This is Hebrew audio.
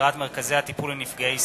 סגירת מרכזי הטיפול לנפגעי סמים,